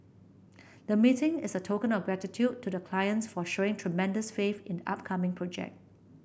the meeting is a token of gratitude to the clients for showing tremendous faith in the upcoming project